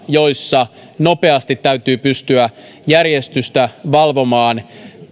joissa nopeasti täytyy pystyä järjestystä valvomaan